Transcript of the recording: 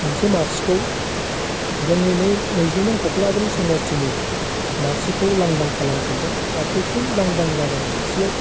मोनसे मासिखौ जोंनि नै नैजि नं खख्लाबारि समस्थिनि मासिखौ लांदां खालाम फिनदों आर बे फिन लांदां जानाय मासियाव